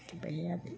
जोबबायहाय आबै